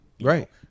Right